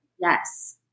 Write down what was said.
Yes